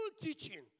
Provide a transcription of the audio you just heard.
teaching